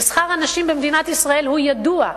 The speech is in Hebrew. שכר הנשים במדינת ישראל הוא ידוע.